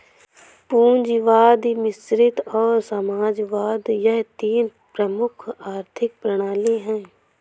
पूंजीवाद मिश्रित और समाजवाद यह तीन प्रमुख आर्थिक प्रणाली है